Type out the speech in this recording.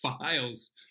files